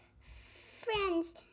friends